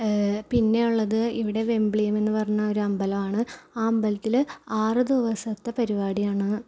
പിന്നെയുള്ളത് ഇവിടെ വെമ്പിലിന്ന് പറയുന്ന ഒരു അമ്പലവാണ് ആ അമ്പലത്തിൽ ആറ് ദിവസത്തെ പരിപാടിയാണ്